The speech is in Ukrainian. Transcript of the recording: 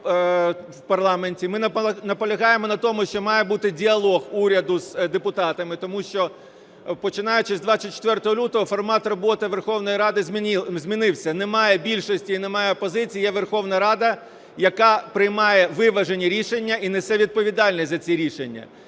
в парламенті. Ми наполягаємо на тому, що має бути діалог уряду з депутатами, тому що, починаючи з 24 лютого, формат роботи Верховної Ради змінився: немає більшості і немає опозиції, є Верховна Рада, яка приймає виважені рішення і несе відповідальність за ці рішення.